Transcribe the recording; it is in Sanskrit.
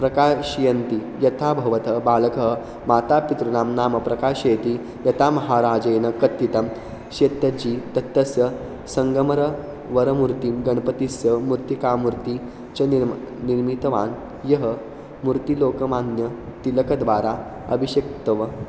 प्रकाशयन्ति यथा भवतः बालकः मातापितॄणां नाम प्रकाशयति यथा महाराजेन कथितं शेत्तजी दत्तस्य सङ्गमर वरमूर्तिं गणपतेः मूर्तिकामूर्तिं च निर्माय निर्मितवान् यः मूर्ति लोकमान्यतिलक् द्वारा अभिषिक्त्वा